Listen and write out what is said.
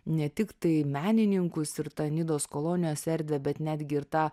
ne tik tai menininkus ir tą nidos kolonijos erdvę bet netgi ir tą